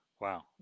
Wow